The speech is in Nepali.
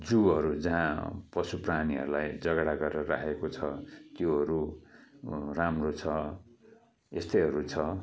जुहरू जहाँ पशु प्राणीहरूलाई जगेडा गरेर राखेको छ त्योहरू राम्रो छ यस्तैहरू छ